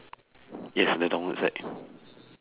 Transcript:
yes the downward side